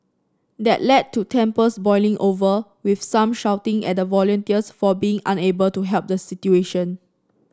that led to tempers boiling over with some shouting at the volunteers for being unable to help the situation